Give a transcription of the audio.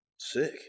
sick